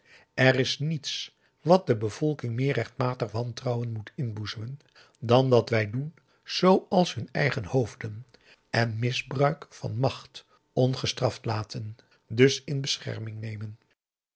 er is niets wat de bevolking meer rechtmatig wantrouwen moet inboezemen dan dat wij doen zooals hun eigen hoofden en misbruik van macht ongestraft laten dus in bescherming nemen